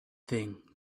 thing